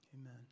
Amen